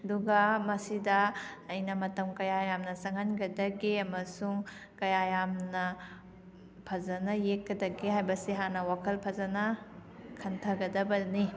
ꯑꯗꯨꯒ ꯃꯁꯤꯗ ꯑꯩꯅ ꯃꯇꯝ ꯀꯌꯥ ꯌꯥꯝꯅ ꯆꯪꯍꯟꯒꯗꯒꯦ ꯑꯃꯁꯨꯡ ꯀꯌꯥ ꯌꯥꯝꯅ ꯐꯖꯅ ꯌꯦꯛꯀꯗꯒꯦ ꯍꯥꯏꯕꯁꯦ ꯍꯥꯟꯅ ꯋꯥꯈꯜ ꯐꯖꯅ ꯈꯟꯊꯒꯗꯕꯅꯤ